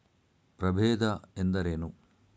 ಪ್ರಭೇದ ಎಂದರೇನು?